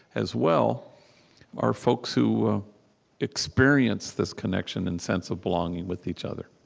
as well are folks who experience this connection and sense of belonging with each other